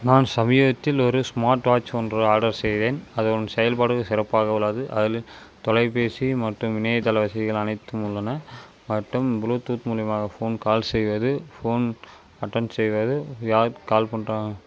நான் சமீபத்தில் ஒரு ஸ்மார்ட் வாட்ச் ஒன்று ஆர்டர் செய்தேன் அதன் செயல்பாடுகள் சிறப்பாக உள்ளது அதிலியும் தொலைபேசி மற்றும் இணையதள வசதிகள் அனைத்தும் உள்ளன மற்றும் ப்ளூடூத் மூலியுமாக ஃபோன் கால் செய்வது ஃபோன் அட்டென்ட் செய்வது யாருக்கு கால் பண்ணுறாங்க